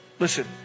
listen